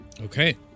Okay